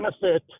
benefit